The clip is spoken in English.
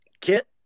Kit